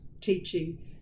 teaching